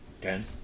Ten